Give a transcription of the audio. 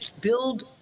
build